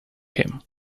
him